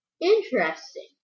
Interesting